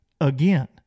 again